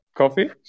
coffee